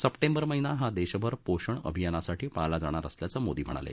September महिना हा देशभर पोषण अभियानासाठी पाळला जाणार असल्याचं मोदी म्हणाले